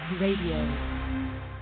radio